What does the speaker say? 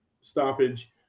stoppage